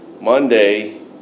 Monday